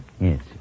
Yes